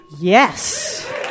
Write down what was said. Yes